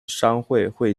商会